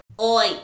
Oi